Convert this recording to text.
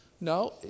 no